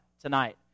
tonight